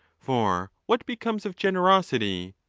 for what becomes of generosity,